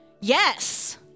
Yes